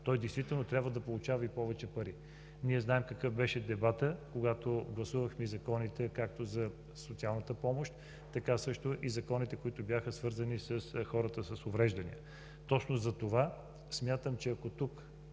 нуждае, той трябва да получава и повече пари. Ние знаем какъв беше дебатът, когато гласувахме и законите както за социалната помощ, така също и законите, които бяха свързани с хората с увреждания. Точно затова смятам, че ако тук